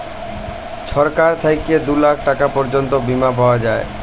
ছরকার থ্যাইকে দু লাখ টাকা পর্যল্ত বীমা পাউয়া যায়